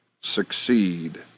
succeed